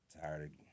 Tired